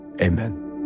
Amen